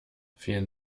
vielen